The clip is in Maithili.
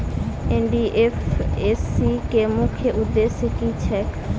एन.डी.एफ.एस.सी केँ मुख्य उद्देश्य की छैक?